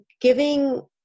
giving